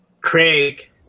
craig